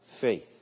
faith